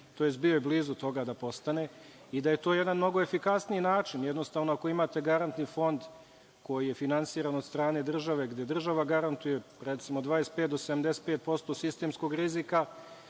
tj. bio je blizu toga da postane i da je to jedan mnogo efikasniji način. Jednostavno, ako imate garantni fond koji je finansiran od strane države, gde država garantuje, recimo, od 25 do 75% sistemskog rizika,